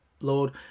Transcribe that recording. Lord